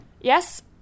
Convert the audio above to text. Yes